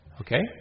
Okay